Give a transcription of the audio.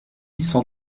sans